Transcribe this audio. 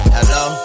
Hello